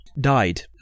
died